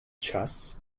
trust